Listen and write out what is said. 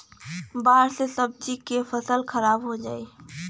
बाढ़ से सब्जी क फसल खराब हो जाई